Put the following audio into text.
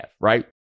right